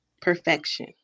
perfection